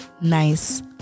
nice